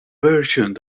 version